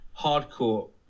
hardcore